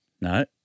No